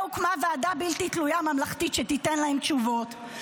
הוקמה ועדה בלתי תלויה ממלכתית שתיתן להם תשובות.